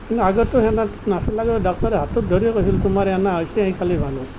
কিন্তু আগততো সেনেকুৱা নাছিল আগতে ডাক্তৰে হাতত ধৰিয়ে কৈছিল তোমাৰ এনে হৈছে এই খালেই ভাল হ'ব